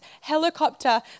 helicopter